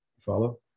Follow